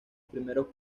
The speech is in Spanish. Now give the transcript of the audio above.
primeros